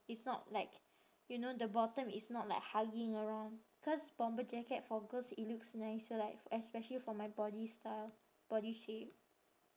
it's not like you know the bottom is not like hugging around cause bomber jacket for girls it looks nicer like especially for my body style body shape